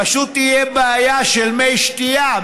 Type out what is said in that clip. פשוט תהיה בעיה של מי שתייה.